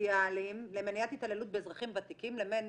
סוציאליים למניעת התעללות באזרחים ותיקים לבין